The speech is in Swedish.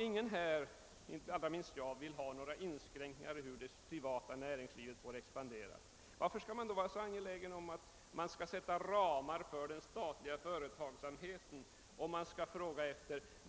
Ingen här, allra minst jag, vill väl ha någon inskränkning i det privata näringslivets expansion. Varför skall man då vara så angelägen sätta upp ramar för den statliga företagsamheten eller fråga